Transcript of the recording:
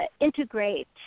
integrate